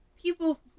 people